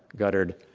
guttered,